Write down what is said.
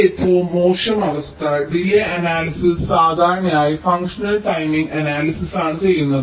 ഈ ഏറ്റവും മോശം അവസ്ഥ ഡിലേയ് അനാലിസിസ് സാധാരണയായി ഫങ്ക്ഷണൽ ടൈമിംഗ് അനാലിസിസ്ലാണ് ചെയ്യുന്നത്